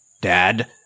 Dad